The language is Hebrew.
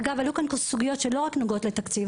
אגב, עלו כאן סוגיות שלא רק נוגעות לתקציב.